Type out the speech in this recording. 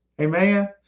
Amen